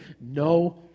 no